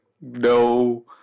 no